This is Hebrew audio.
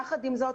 יחד עם זאת,